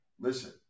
Listen